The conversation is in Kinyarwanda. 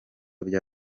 bya